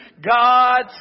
God